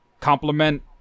compliment